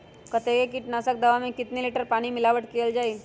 कतेक किटनाशक दवा मे कितनी लिटर पानी मिलावट किअल जाई?